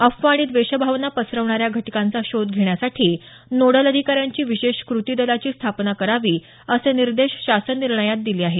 अफवा आणि द्वेषभावना पसरवणाऱ्या घटकांचा शोध घेण्यासाठी नोडल अधिकाऱ्यांनी विशेष कृती दलाची स्थापना करावी असे निर्देश शासन निर्णयात दिले आहेत